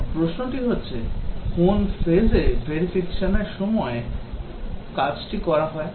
এবং প্রশ্নটি হচ্ছে কোন phase এ verification এর কাজটি করা হয়